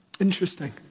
Interesting